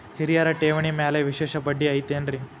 ಹಿರಿಯರ ಠೇವಣಿ ಮ್ಯಾಲೆ ವಿಶೇಷ ಬಡ್ಡಿ ಐತೇನ್ರಿ?